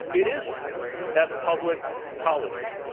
it is free at public colleges.